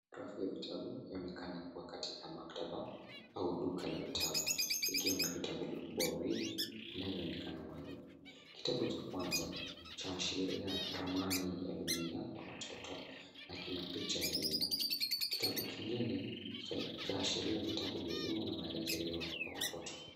Rafu ya vitabu yaonekana kuwa katika maktaba au duka la vitabu, ikiwa na vitabu vikubwa viwili inavyoonekana wazi. Kitabu cha kwanza chaashiria ramani ya dunia ya watoto na kina picha ya dunia. Kitabu kingine chaashiria vitabu vya elimu na marejeleo ya watoto.